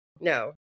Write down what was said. no